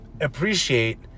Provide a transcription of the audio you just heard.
appreciate